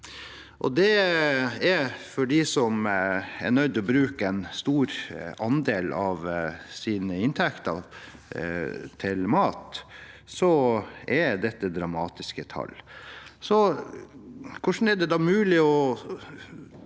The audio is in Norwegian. i snitt. For de som er nødt til å bruke en stor andel av sin inntekt til mat, er dette dramatiske tall. Hvordan er det da mulig å